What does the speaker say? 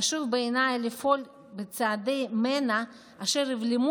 חשוב בעיניי לפעול בצעדי מנע אשר יבלמו